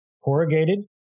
corrugated